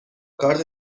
کارت